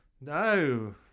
No